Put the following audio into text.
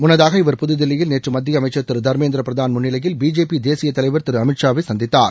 முன்னதாக இவர் புதுதில்லியில் நேற்று மத்திய அமைச்சர் திரு தா்மேந்திர பிரதான் முன்னிலையில் பிஜேபி தேசிய தலைவர் திரு அமித் ஷாவை சந்தித்தார்